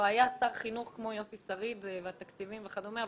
לא היה שר חינוך כמו יוסי שריד והתקציבים וכדומה,